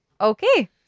Okay